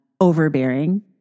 overbearing